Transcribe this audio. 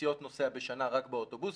נסיעות נוסע בשנה רק באוטובוסים,